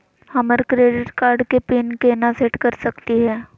हमर credit card के PIN केना सेट कर सकली हे?